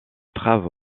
trêve